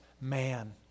man